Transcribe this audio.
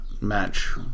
match